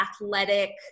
athletic